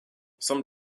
some